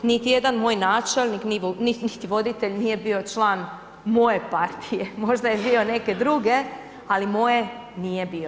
Niti jedan moj načelnik, niti voditelj nije bio član moje partije, možda je bio neke druge ali moje nije bio.